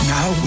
Now